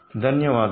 ధన్యవాదాలు